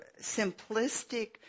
simplistic